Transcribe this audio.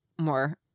more